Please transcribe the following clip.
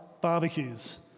barbecues